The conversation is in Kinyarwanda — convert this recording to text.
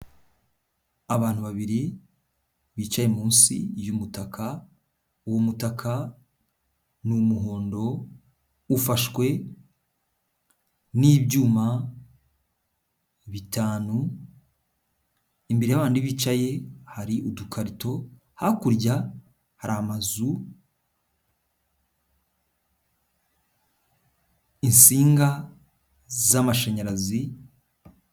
Abantu babiri bicaye munsi y'umutaka, uwo mutaka ni umuhondo ufashwe n'ibyuma bitanu, imbere ya babandi bicaye hari udukarito, hakurya hari amazu, insinga z'amashanyarazi.